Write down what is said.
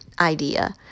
idea